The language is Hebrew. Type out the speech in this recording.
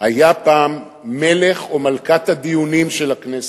היה פעם מלך או מלכת הדיונים של הכנסת.